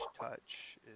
touch